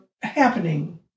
happening